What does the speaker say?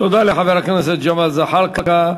תודה לחבר הכנסת ג'מאל זחאלקה.